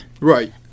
right